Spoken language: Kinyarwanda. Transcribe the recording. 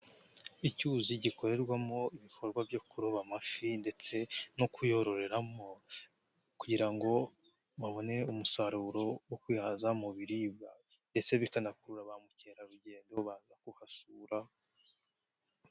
Icyuzi gikorerwamo ibikorwa byo kuroba amafi ndetse no kuyororeramo, kugira ngo babonere umusaruro wo kwihaza mu biribwa ndetse bikanakurura ba mukerarugendo baza ku hasura.